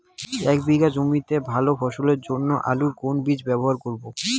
এক বিঘে জমিতে ভালো ফলনের জন্য আলুর কোন বীজ ব্যবহার করব?